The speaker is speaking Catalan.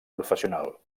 professional